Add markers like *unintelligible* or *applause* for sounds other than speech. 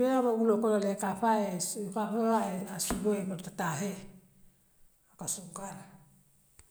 Beaŋ be wulooknole ikaa faayee suŋkanfaloo *unintelligible* taahee aka suŋkanle.